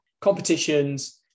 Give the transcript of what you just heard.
competitions